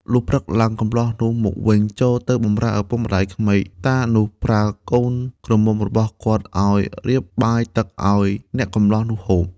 លុះព្រឹកឡើង កម្លោះនោះមកវិញចូលទៅបំរើឪពុកម្តាយក្មេក តានោះប្រើកូនក្រមុំរបស់គាត់ឱ្យរៀបបាយទឹកឱ្យអ្នកកម្លោះនោះហូប។